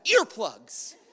earplugs